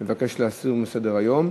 מבקש להסיר מסדר-היום.